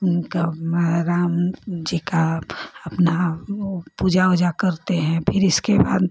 उनका राम जी का अपना वो पूजा ओजा करते हैं फिर इसके बाद